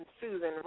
Susan